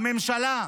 הממשלה,